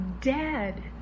dead